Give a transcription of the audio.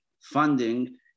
funding